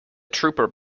trooper